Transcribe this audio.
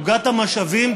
עוגת המשאבים,